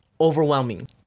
overwhelming